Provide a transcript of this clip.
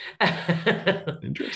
Interesting